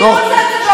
אני לא עושה הצגות,